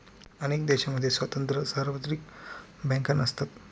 अनेक देशांमध्ये स्वतंत्र सार्वत्रिक बँका नसतात